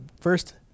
first